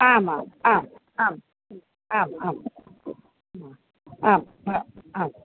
आम् आम् आम् आम् आम् आम् आम् आम्